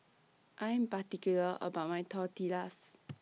I'm particular about My Tortillas